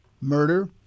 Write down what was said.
murder